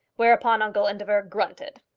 whereupon uncle indefer grunted.